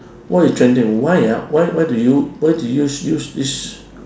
what is trending why ah why why do you why do you use this